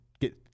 get